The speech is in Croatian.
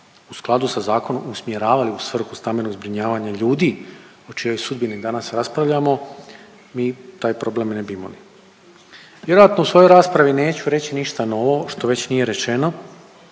u skladu sa zakonom usmjeravali u svrhu stambenog zbrinjavanja ljudi o čijoj sudbini danas raspravljamo mi taj problem ne bi imali. Vjerojatno u svojoj raspravi neću reći ništa novo što već nije rečeno,